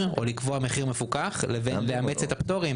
או לקבוע מפוקח לבין לאמץ את הפטורים.